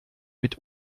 mit